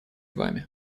вами